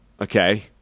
okay